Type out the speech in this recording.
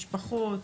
משפחות,